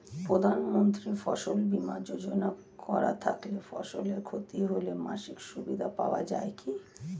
প্রধানমন্ত্রী ফসল বীমা যোজনা করা থাকলে ফসলের ক্ষতি হলে মাসিক সুবিধা পাওয়া য়ায় কি?